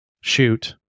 shoot